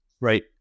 Right